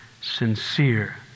Sincere